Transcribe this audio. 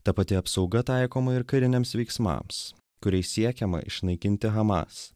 ta pati apsauga taikoma ir kariniams veiksmams kuriais siekiama išnaikinti hamas